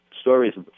stories